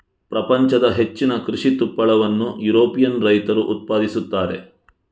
ಪ್ರಪಂಚದ ಹೆಚ್ಚಿನ ಕೃಷಿ ತುಪ್ಪಳವನ್ನು ಯುರೋಪಿಯನ್ ರೈತರು ಉತ್ಪಾದಿಸುತ್ತಾರೆ